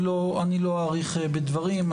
לא אאריך בדברים,